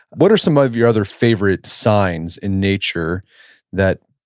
what are some of your other favorite signs in nature that,